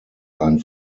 einen